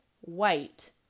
white